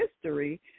history